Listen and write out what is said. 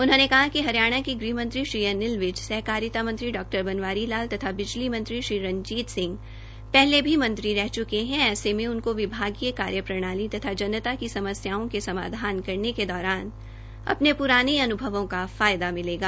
उन्होंने कहा कि हरियाणा के गृहमंत्री श्री अनिल विज सहकारिता मंत्री डॉ बनवारी लाल तथा बिजली मंत्री श्री रणजीत सिंह पहले भी मंत्री रह च्के हैं ऐसे में उनको विभागीय कार्यप्रणाली तथा जनता की समस्याओं के समाधान करने के दौरान अपने प्राने अन्भवों का फायदा मिलेगा